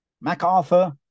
MacArthur